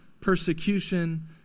persecution